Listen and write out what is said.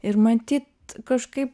ir matyt kažkai